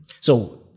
So-